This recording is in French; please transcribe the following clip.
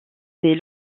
des